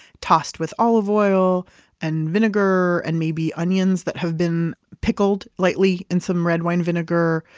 tossed with olive oil and vinegar, and maybe onions that have been pickled lightly, and some red wine vinegar.